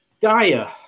Dyer